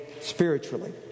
spiritually